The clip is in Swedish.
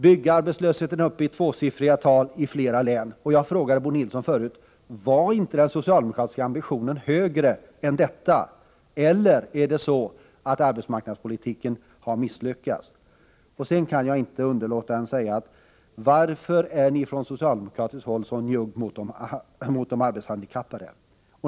Byggarbetslösheten är i flera län uppe i tvåsiffriga tal, och jag frågade tidigare Bo Nilsson: Var inte den socialdemokratiska ambitionen högre än så? Eller har arbetsmarknadspolitiken misslyckats? Sedan kan jag inte underlåta att fråga: Varför är ni från socialdemokratiskt håll så njugga mot de arbetshandikappade?